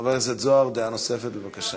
חבר הכנסת זוהר, דעה נוספת, בבקשה.